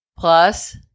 Plus